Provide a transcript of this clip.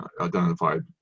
identified